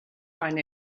find